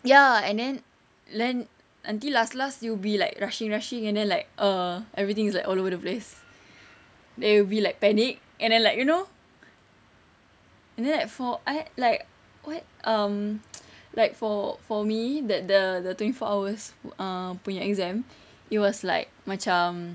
ya and then then nanti last last you'll be like rushing rushing and then like err everything is like all over the place then you'll be like panic and then like you know and then like for I like what um like for for me that the twenty four hours uh punya exam it was like macam